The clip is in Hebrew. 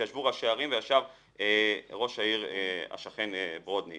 ישבו ראשי ערים וישב ראש העיר השכן ברודני,